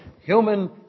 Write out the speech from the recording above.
human